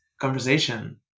conversation